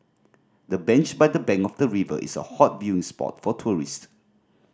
the bench by the bank of the river is a hot viewing spot for tourists